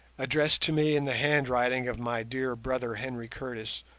addressed to me in the handwriting of my dear brother henry curtis,